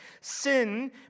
Sin